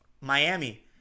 Miami